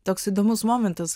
toks įdomus momentas